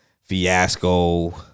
fiasco